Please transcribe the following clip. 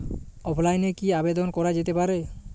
অফলাইনে কি আবেদন করা যেতে পারে?